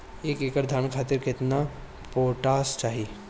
एक एकड़ धान खातिर केतना पोटाश चाही?